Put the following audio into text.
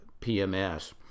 PMS